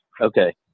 Okay